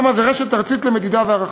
ראמ"ה זו רשות ארצית למדידה והערכה.